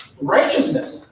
Righteousness